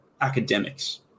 academics